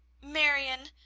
marion!